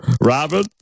Robin